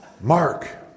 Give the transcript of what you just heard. Mark